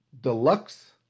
Deluxe